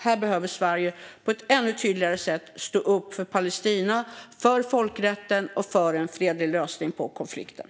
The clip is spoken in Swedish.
Här behöver Sverige på ett ännu tydligare sätt stå upp för Palestina, för folkrätten och för en fredlig lösning av konflikten.